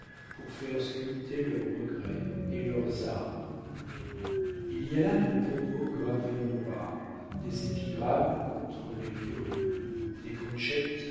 pour faire sculpter leurs regrets et leurs armes il y a là de bons mots gravés en noir des épigrammes contre les curieux des